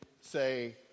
say